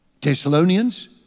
Thessalonians